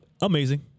Amazing